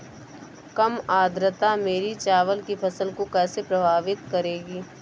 कम आर्द्रता मेरी चावल की फसल को कैसे प्रभावित करेगी?